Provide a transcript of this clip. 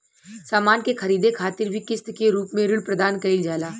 सामान के ख़रीदे खातिर भी किस्त के रूप में ऋण प्रदान कईल जाता